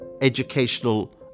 educational